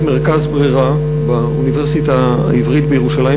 מרכז "ברירה" באוניברסיטה העברית בירושלים,